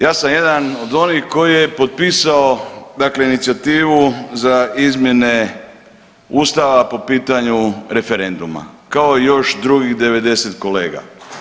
Ja sam jedan od onih koji je potpisao dakle inicijativu za izmjene Ustava po pitanju referenduma kao i još drugih 90 kolega.